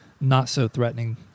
not-so-threatening